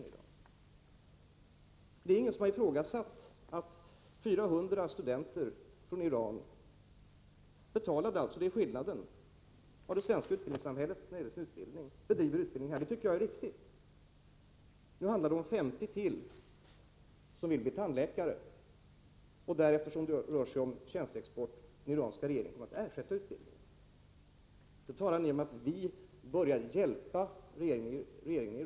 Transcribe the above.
Men det är ingen som har ifrågasatt att 400 studenter från Iran betalade — det är skillnaden — vad det kostar det svenska utbildningssamhället att bedriva utbildning. Det tycker jag är riktigt. Nu handlar det om 50 till som vill bli tandläkare, och eftersom det rör sig om tjänsteexport kommer den iranska regeringen att ersätta utbildningen. Då säger ni att vi börjar hjälpa regeringen i Iran.